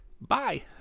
Bye